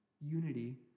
unity